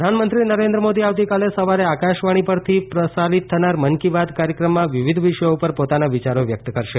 મન કી બાત પ્રધાનમંત્રી નરેન્દ્રમોદી આવતીકાલે સવારે આકાશવાણી પરથી પ્રસારિત થનાર મન કી બાત કાર્યક્રમમાં વિવિધ વિષયો ઉપર પોતાના વિયારો વ્યક્ત કરશે